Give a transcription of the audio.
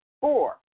Four